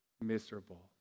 miserable